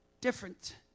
different